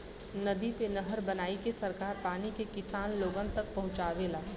नदी पे नहर बनाईके सरकार पानी के किसान लोगन तक पहुंचावेला